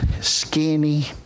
skinny